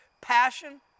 passion